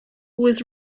was